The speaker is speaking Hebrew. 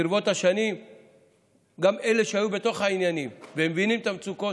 ברבות השנים גם אלה שהיו בתוך העניינים ומבינים את המצוקות,